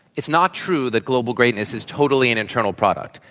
it's not true that global greatness is totally an internal product.